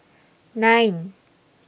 nine